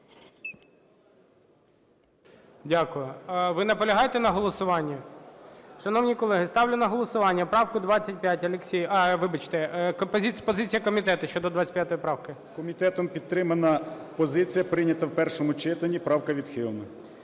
Дякую. Ви наполягаєте на голосуванні? Шановні колеги, ставлю на голосування правку 25... А, вибачте, позиція комітету щодо 25 правки. 13:15:20 БОЖИК В.І. Комітетом підтримана позиція, прийнято в першому читанні, правка відхилена.